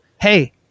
Hey